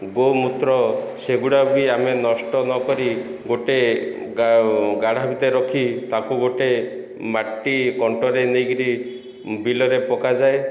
ଗୋମୂତ୍ର ସେଗୁଡ଼ା ବି ଆମେ ନଷ୍ଟ ନକରି ଗୋଟିଏ ଗାଢ଼ା ଭିତରେ ରଖି ତାକୁ ଗୋଟିଏ ମାଟି କଣ୍ଟରେ ନେଇକରି ବିଲରେ ପକାଯାଏ